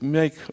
make